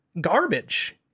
garbage